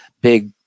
big